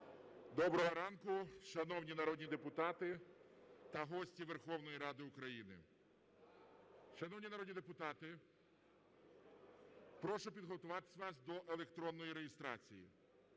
Доброго ранку, шановні народні депутати та гості Верховної Ради України! Шановні народні депутати, прошу підготуватися вас до електронної реєстрації.